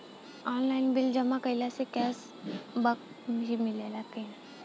Online bill जमा कईला से कैश बक भी मिलेला की?